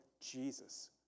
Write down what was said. Jesus